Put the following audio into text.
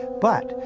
but,